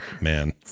man